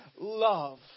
love